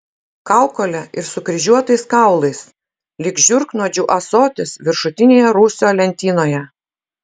kaukole ir sukryžiuotais kaulais lyg žiurknuodžių ąsotis viršutinėje rūsio lentynoje